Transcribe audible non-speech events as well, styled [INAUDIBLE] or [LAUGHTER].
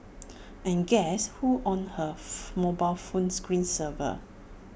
and guess who's on her [UNINTELLIGIBLE] mobile phone screen saver